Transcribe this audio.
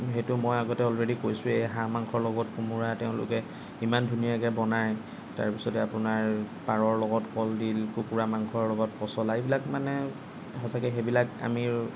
সেইটো মই আগতে অলৰেডি কৈছোৱেই হাঁহ মাংসৰ লগত কোমোৰা তেওঁলোকে ইমান ধুনীয়াকৈ বনায় তাৰপাছতে আপোনাৰ পাৰৰ লগত কলডিল কুকুৰা মাংসৰ লগত পচলা এইবিলাক মানে সঁচাকে সেইবিলাক আমি